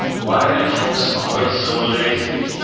why are you folks always so lazy?